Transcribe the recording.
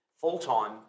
full-time